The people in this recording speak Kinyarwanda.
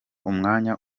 umwanya